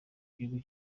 igihugu